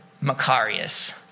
Macarius